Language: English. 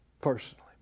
personally